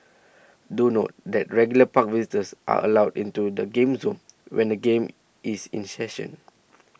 do note that regular park visitors are allowed into the game zone when a game is in session